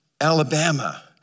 Alabama